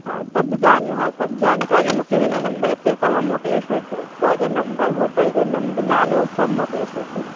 हा सभु जान हा सभु जानकारी मूंखे हिन नंबर ते तव्हां मोकिले छॾिजो पोइ उहा नंबर होटल जो नंबर नालो सभु मोकिले छॾिजो